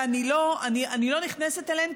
ואני לא נכנסת אליהן,